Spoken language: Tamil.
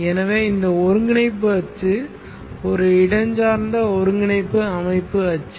எனவே இந்த ஒருங்கிணைப்பு அச்சு ஒரு இடஞ்சார்ந்த ஒருங்கிணைப்பு அமைப்பு அச்சு